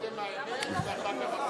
קודם האמת ואחר כך הפוליטיקה.